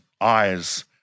eyes